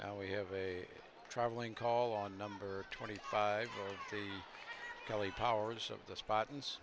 now we have a traveling call on number twenty five the kelly powers of the spot and